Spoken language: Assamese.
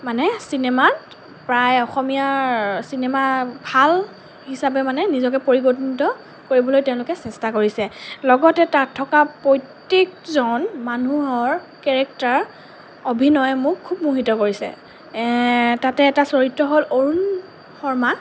মানে চিনেমাত প্ৰায় অসমীয়াৰ চিনেমাত ভাল হিচাপে মানে নিজকে পৰিগণিত কৰিবলৈ তেওঁলোকে চেষ্টা কৰিছে লগতে তাত থকা প্ৰত্যেকজন মানুহৰ কেৰেক্টাৰ অভিনয়ে মোক খুব মোহিত কৰিছে তাতে এটা চৰিত্ৰ হ'ল অৰুণ শৰ্মা